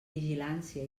vigilància